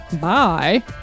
Bye